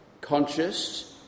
conscious